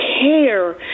Care